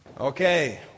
Okay